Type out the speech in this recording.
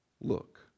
look